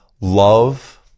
love